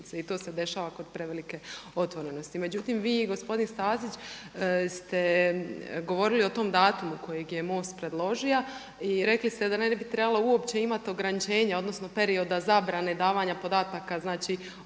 i to se dešava kod prevelike otvorenosti. Međutim, vi i gospodin Stazić ste govorili o tome datumu kojeg je Most predložio i rekli ste da ne bi trebalo imati uopće ograničenja odnosno perioda zabrane davanja podataka znači